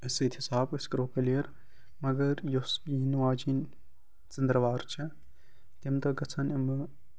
اسہِ سۭتۍ حساب أسۍ کَرَو کلیر مگر یۄس ینہٕ واجٮ۪ن ژنٛدٕر وار چھِ تمہِ دۄہ گژھَن اِمہٕ